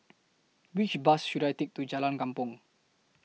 Which Bus should I Take to Jalan Kupang